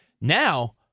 Now